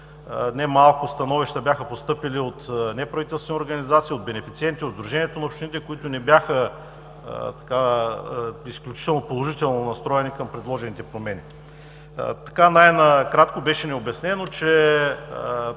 Немалко становища бяха постъпили от неправителствени организации, от бенефициенти, от Сдружението на общините, които не бяха изключително положително настроени към предложените промени. Най-накратко – беше ни обяснено, че промените